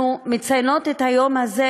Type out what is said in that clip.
אנחנו מציינות את היום הזה